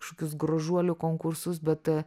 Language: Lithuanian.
kažkokius gražuolių konkursus bet